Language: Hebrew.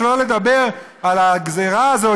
שלא לדבר על הגזרה הזאת,